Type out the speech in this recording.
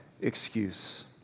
excuse